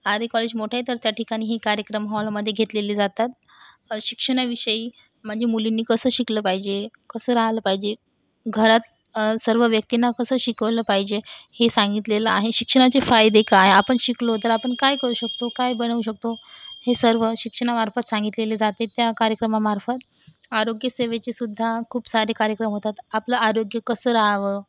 आरे college मोठं आहे तर त्या ठिकाणीही कार्यक्रम हॉलमध्ये घेतलेले जातात शिक्षणाविषयी म्हणजे मुलींनी कसं शिकलं पाहिजे कसं राहिलं पाहिजे घरात सर्व व्यक्तींना कसं शिकवलं पाहिजे हे सांगितलेलं आहे शिक्षणाचे फायदे काय आपण शिकलो तर आपण काय करू शकतो काय बनवू शकतो हे सर्व शिक्षणामार्फत सांगितले जाते त्या कार्यक्रमामार्फत आरोग्यसेवेची सुद्धा खूप सारे कार्यक्रम होतात आपलं आरोग्य कसं राहावं